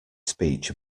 speech